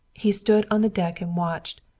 he stood on the deck and watched,